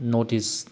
north east